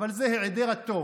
אבל זה היעדר הטוב.